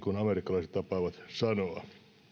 kuin amerikkalaiset tapaavat sanoa